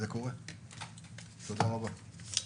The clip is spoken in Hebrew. תודה רבה.